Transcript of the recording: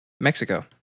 Mexico